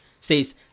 says